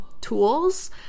tools